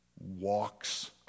walks